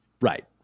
Right